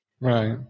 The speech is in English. Right